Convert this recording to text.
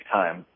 time